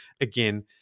Again